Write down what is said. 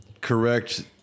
correct